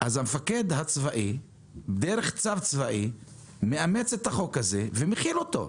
אז המפקד הצבאי דרך צו צבאי מאמץ את החוק הזה ומחיל אותו.